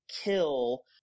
kill